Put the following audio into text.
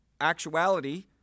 actuality